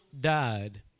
died